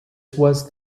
was